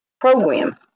program